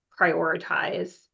prioritize